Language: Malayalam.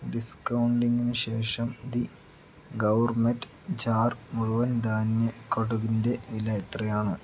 ഡിസ്കൗണ്ടിങ്ങിന് ശേഷം ദി ഗൗർമെറ്റ് ജാർ മുഴുവൻ ധാന്യ കടുകിന്റെ വില എത്രയാണ്